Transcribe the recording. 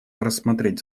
рассмотреть